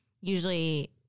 usually